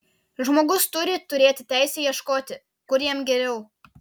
žmogus turi turėti teisę ieškoti kur jam geriau